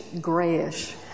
grayish